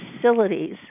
facilities